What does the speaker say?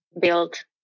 build